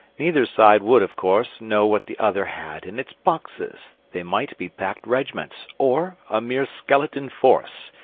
neither side would, of course, know what the other had in its boxes they might be packed regiments or a mere skeleton force.